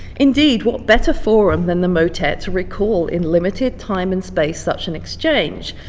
indeed, what better forum than the motet to recall in limited time and space such an exchange.